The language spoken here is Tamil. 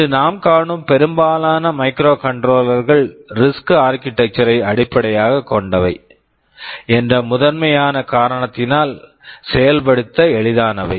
இன்று நாம் காணும் பெரும்பாலான மைக்ரோகண்ட்ரோலர்கள் microcontrollers RISC architecture RISC architecture ஐ அடிப்படையாகக் கொண்டவை என்ற முதன்மையான காரணத்தினால் இவை செயல்படுத்த எளிதானவை